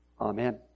Amen